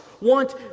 want